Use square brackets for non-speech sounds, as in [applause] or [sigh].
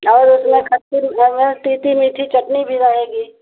और उसमें खट्टी [unintelligible] तीखी मीठी चटनी भी रहेगी